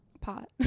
pot